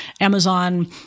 Amazon